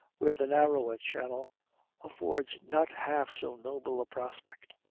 where the narrower channel affords not half so noble a prospect,